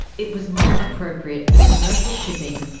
it was not appropriate for commercial shipping,